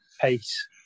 pace